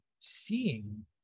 seeing